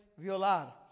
violar